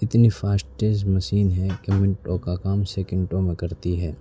اتنی فاسٹیج مشین ہے کہ منٹوں کا کام سیکنٹوں میں کرتی ہے